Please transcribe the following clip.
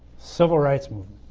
civil rights